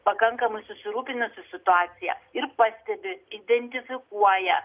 pakankamai susirūpinusi situacija ir pastebi identifikuoja